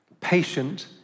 patient